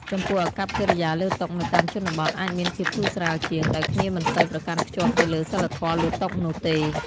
ចំពោះអាកប្បកិរិយាលើតុនៅតាមជនបទ អាចមានភាពធូរស្រាលជាង ដោយគ្នាមិនសូវប្រកាន់ខ្ជាប់ទៅលើសីលធម៌លើតុនោះទេ។